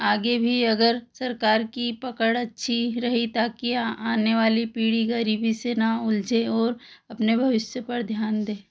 आगे भी अगर सरकार की पकड़ अच्छी रही ताकि आने वाली पीढ़ी ग़रीबी से ना उलझे और अपने भविष्य पर ध्यान दें